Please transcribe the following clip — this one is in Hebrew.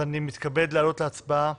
אני מתכבד להעלות להצבעה